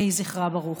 יהי זכרה ברוך.